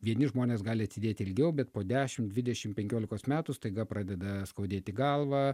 vieni žmonės gali atsidėti ilgiau bet po dešim dvidešim penkiolikos metų staiga pradeda skaudėti galvą